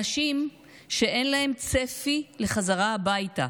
אנשים שאין להם צפי לחזרה הביתה,